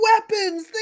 weapons